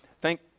Thank